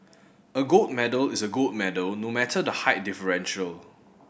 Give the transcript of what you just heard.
a gold medal is a gold medal no matter the height differential